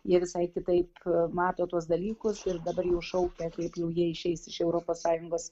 jie visai kitaip mato tuos dalykus ir dabar jau šaukia kaip jau jie išeis iš europos sąjungos